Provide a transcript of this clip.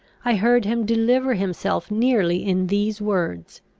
i heard him deliver himself nearly in these words